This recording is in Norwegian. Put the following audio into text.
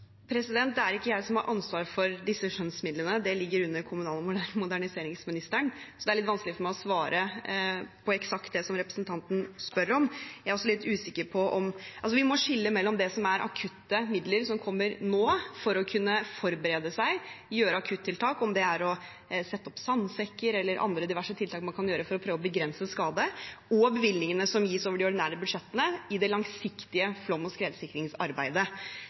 Jeg har ikke ansvaret for disse skjønnsmidlene. Det ligger under kommunal- og moderniseringsministeren, så det er litt vanskelig for meg å svare eksakt på det representanten spør om. Vi må skille mellom akutte midler som kommer nå for å kunne forberede seg, gjøre akutte tiltak – om det er å sette opp sandsekker eller andre diverse tiltak for å prøve å begrense skade – og bevilgningene som gis i de ordinære budsjettene i det langsiktige flom- og skredsikringsarbeidet.